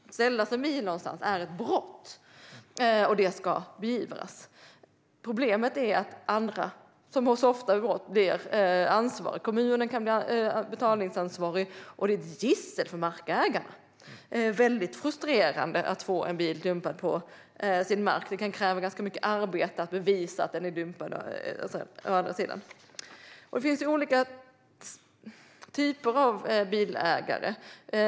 Att ställa sin bil någonstans är ett brott, och det ska beivras. Problemet är att andra ofta blir ansvariga. Kommunen kan bli betalningsansvarig. Det här är ett gissel för markägarna. Det är mycket frustrerande att få en bil dumpad på sin mark, och det kan kräva mycket arbete att bevisa att bilen är dumpad där. Det finns olika typer av bilägare.